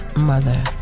mother